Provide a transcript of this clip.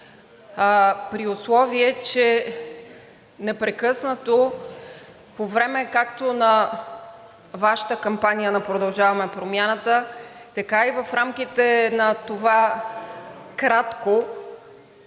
при условие че непрекъснато по време както на Вашата кампания – на „Продължаваме Промяната“, така и в рамките на това кратко